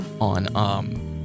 on